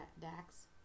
Dax